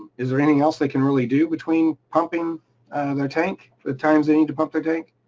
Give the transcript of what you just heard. is there anything else they can really do between pumping their tank for the times they need to pump their tank?